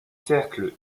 cercles